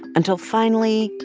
until finally,